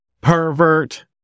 Pervert